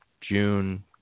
June